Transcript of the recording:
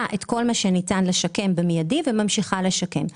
את כל מה שניתן לשקם במידי ועדיין ממשיכה לשקם.